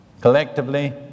collectively